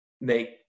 make